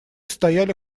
стояли